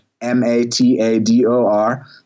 M-A-T-A-D-O-R